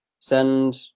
Send